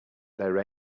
there